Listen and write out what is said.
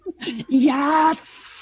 Yes